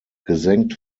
gesenkt